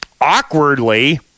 Awkwardly